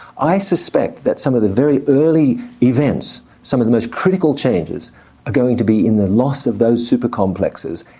i suspect that some of the very early events, some of the most critical changes, are going to be in the loss of those super complexes,